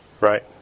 Right